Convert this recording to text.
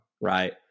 right